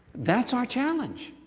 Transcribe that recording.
that's our challenge